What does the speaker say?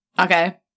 Okay